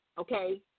okay